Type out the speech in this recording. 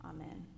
Amen